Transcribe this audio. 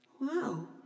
Wow